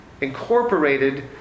incorporated